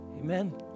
Amen